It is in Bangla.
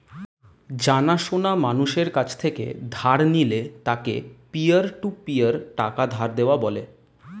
জানা সোনা মানুষের কাছ থেকে ধার নিলে তাকে পিয়ার টু পিয়ার টাকা ধার দেওয়া বলে